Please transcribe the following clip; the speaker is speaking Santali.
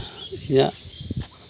ᱤᱧᱟᱹᱜ